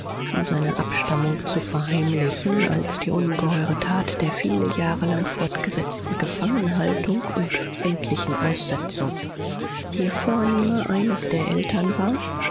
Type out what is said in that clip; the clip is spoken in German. um seine abstammung zu verheimlichen als die ungeheure tat der viele jahre lang fortgesetzten gefangenhaltung und endlichen aussetzung je vornehmer eines der eltern war